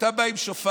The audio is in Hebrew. כשאתה בא עם שופר,